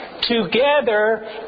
Together